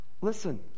Listen